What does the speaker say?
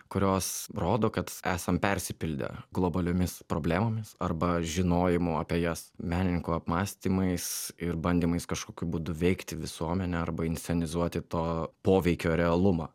kurios rodo kad esam persipildę globaliomis problemomis arba žinojimu apie jas menininkų apmąstymais ir bandymais kažkokiu būdu veikti visuomenę arba inscenizuoti to poveikio realumą